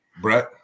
Brett –